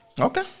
Okay